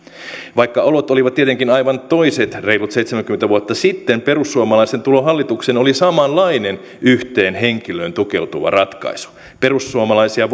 vaikka olot olivat tietenkin aivan toiset reilut seitsemänkymmentä vuotta sitten perussuomalaisten tulo hallitukseen oli samanlainen yhteen henkilöön tukeutuva ratkaisu perussuomalaisia